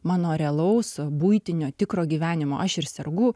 mano realaus buitinio tikro gyvenimo aš ir sergu